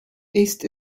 ist